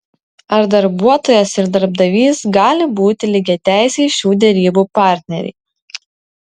ar darbuotojas ir darbdavys gali būti lygiateisiai šių derybų partneriai